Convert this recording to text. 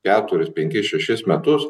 keturis penkis šešis metus